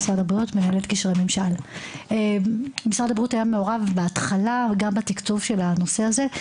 משרד הבריאות היה מעורב בהתחלה וגם בתקצוב של הנושא הזה.